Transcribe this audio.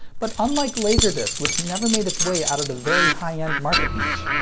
but unlike laserdisc which never made its way out of the very high-end market niche,